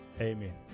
amen